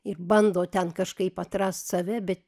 ir bando ten kažkaip atrast save bet